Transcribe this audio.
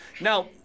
Now